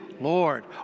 Lord